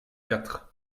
quatre